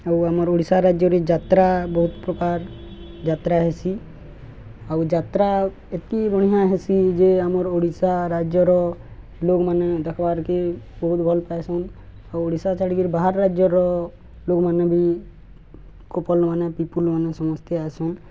ଆଉ ଆମର ଓଡ଼ିଶା ରାଜ୍ୟରେ ଯାତ୍ରା ବହୁତ ପ୍ରକାର ଯାତ୍ରା ହେସି ଆଉ ଯାତ୍ରା ଏତେ ବଢ଼ିଆଁ ହେସି ଯେ ଆମର୍ ଓଡ଼ିଶା ରାଜ୍ୟର ଲୋକମାନେ ଦେଖ୍କେ ବହୁତ ଭଲ୍ ପାଏସନ୍ ଆଉ ଓଡ଼ିଶା ଛଡ଼ିକିରି ବାହାର ରାଜ୍ୟର ଲୋକମାନେ ବି କପଲ୍ମାନେ ପିପୁଲ୍ମାନେ ସମସ୍ତେ ଆସନ୍